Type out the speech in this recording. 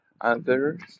others